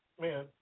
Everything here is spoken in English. Man